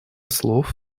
слов